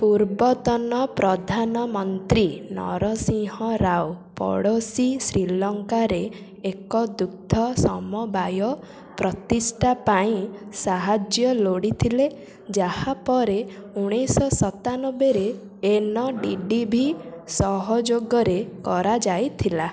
ପୂର୍ବତନ ପ୍ରଧାନମନ୍ତ୍ରୀ ନରସିଂହ ରାଓ ପଡ଼ୋଶୀ ଶ୍ରୀଲଙ୍କାରେ ଏକ ଦୁଗ୍ଧ ସମବାୟ ପ୍ରତିଷ୍ଠା ପାଇଁ ସାହାଯ୍ୟ ଲୋଡ଼ିଥିଲେ ଯାହା ପରେ ଉଣେଇଶି ଶହ ସତାନାବେରେ ଏନ୍ ଡ଼ି ଡ଼ି ବି ସହଯୋଗରେ କରାଯାଇଥିଲା